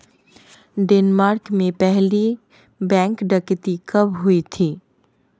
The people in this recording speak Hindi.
डेनमार्क में पहली बैंक डकैती कब हुई थी?